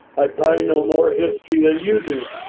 i probably know more history than you do.